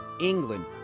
England